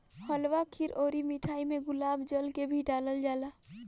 हलवा खीर अउर मिठाई में गुलाब जल के भी डलाल जाला